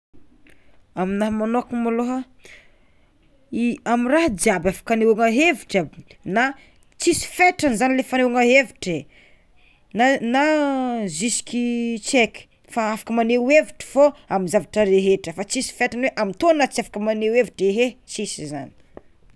Aminahy magnokana malôha amy raha jiaby afaka hanehoana hevitry aby na tsisy fetrany zany le fanehoana hevitra na zisky tsy aiko fa afaka maneho hevitry fô amy zavatra rehetra fa tsisy fetrany hoe amy tô anao tsy afaka maneho hevitra, ehe tsisy zany.